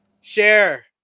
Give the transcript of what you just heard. share